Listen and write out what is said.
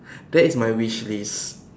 that is my wishlist